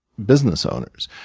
business owners.